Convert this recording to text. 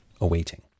awaiting